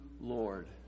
Lord